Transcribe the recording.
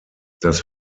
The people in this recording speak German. das